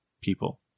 people